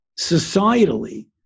societally